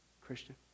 Christian